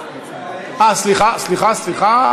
אה, סליחה, סליחה.